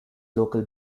local